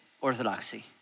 orthodoxy